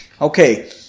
Okay